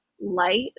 light